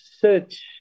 search